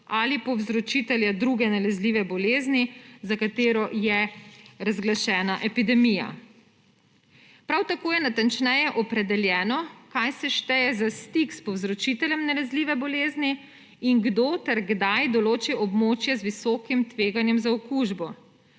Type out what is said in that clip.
ali povzročitelja druge nalezljive bolezni, za katero je razglašena epidemija. Prav tako je natančneje opredeljeno, kaj se šteje za stik s povzročiteljem nalezljive bolezni in kdo ter kdaj določi območje z visokim tveganjem za okužbo.